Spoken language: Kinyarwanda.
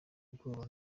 ubwoba